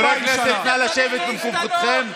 גזעני, חברי הכנסת, נא לשבת במקומותיכם.